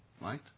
right